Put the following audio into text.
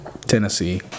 Tennessee